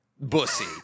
bussy